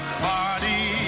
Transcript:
party